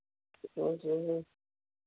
फिर सोच रही हूँ